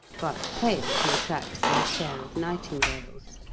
but fail to attract their share of nightingales.